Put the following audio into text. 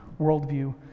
worldview